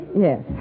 Yes